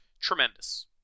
Tremendous